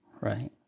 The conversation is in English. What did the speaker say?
right